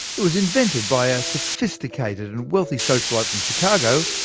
it was invented by a sophisticated and wealthy socialite from chicago,